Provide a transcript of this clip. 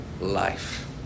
life